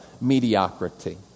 mediocrity